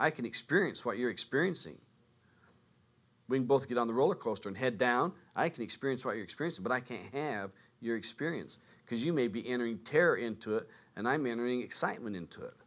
i can experience what you're experiencing when both get on the roller coaster and head down i can experience what you experience but i can't have your experience because you may be entering terror into it and i'm entering excitement into it